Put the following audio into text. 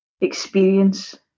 experience